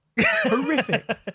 horrific